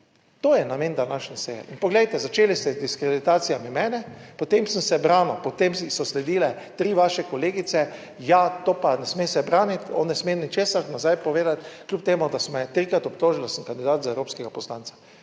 To je namen današnje seje. In poglejte, začeli ste z diskreditacijami mene, potem sem se branil, potem so sledile tri vaše kolegice, ja, to pa ne sme se braniti, on ne sme ničesar nazaj povedati, kljub temu, da so me trikrat obtožili, da sem kandidat za evropskega poslanca.